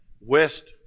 West